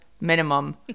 minimum